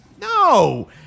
No